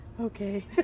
Okay